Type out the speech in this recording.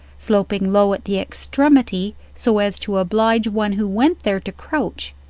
sloping low at the extremity so as to oblige one who went there to crouch,